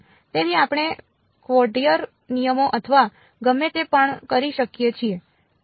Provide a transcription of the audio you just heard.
તેથી આપણે કવોદ્રેચર નિયમો અથવા ગમે તે પણ કરી શકીએ છીએ